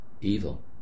evil